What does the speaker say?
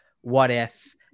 what-if